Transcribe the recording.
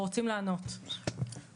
אנחנו קודם כל רוצים לענות על העניין של המשטרה.